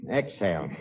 exhale